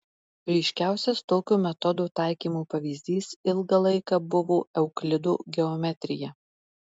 ryškiausias tokio metodo taikymo pavyzdys ilgą laiką buvo euklido geometrija